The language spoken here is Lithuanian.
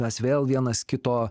mes vėl vienas kito